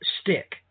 stick